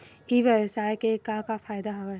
ई व्यवसाय के का का फ़ायदा हवय?